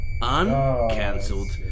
uncancelled